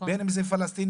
בין אם זה פלסטינים,